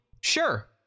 sure